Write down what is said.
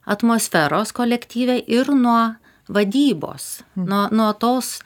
atmosferos kolektyve ir nuo vadybos nuo nuo tos